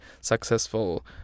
successful